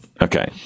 Okay